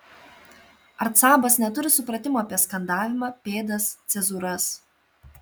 arcabas neturi supratimo apie skandavimą pėdas cezūras